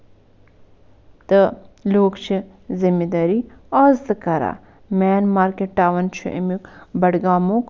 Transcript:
تہٕ لوٗکھ چھِ ذِمِدٲری آز تہٕ کران مین مارکٮ۪ٹ ٹوُن چھُ اَمیُک بڈگامُک